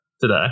today